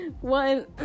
One